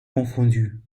confondus